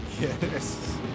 Yes